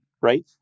right